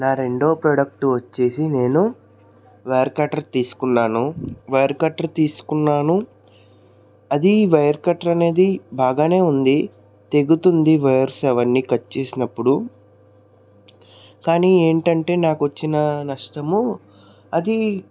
నా రెండో ప్రోడక్ట్ వచ్చేసి నేను వైర్ కట్టర్ తీసుకున్నాను వైర్ కట్టర్ తీసుకున్నాను అది వైర్ కట్టర్ అనేది బాగానే ఉంది తెగుతుంది వైర్స్ అవన్నీ కట్ చేసినప్పుడు కానీ ఏంటంటే నాకు వచ్చిన నష్టము అది